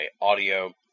Audio